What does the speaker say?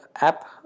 app